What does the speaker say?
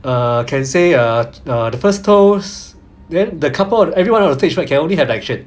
err can say uh uh the first toast then the couple or everyone else on stage [what] can only have action